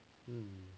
um